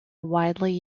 widely